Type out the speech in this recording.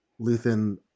Luthan